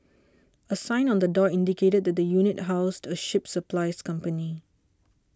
a sign on the door indicated that the unit housed a ship supplies company